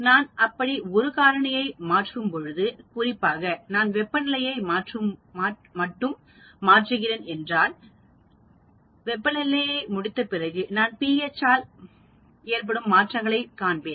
நான் அப்படி ஒரு காரணியை மாற்றும் பொழுது குறிப்பாக நான் வெப்பநிலையை மட்டும் மாற்றுகிறேன் என்றால் நான் வெப்பநிலையை முடித்த பிறகு நான் pH ஆல் மட்டும் ஏற்படும் மாற்றங்களை காண்பேன்